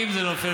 אם זה נופל,